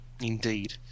Indeed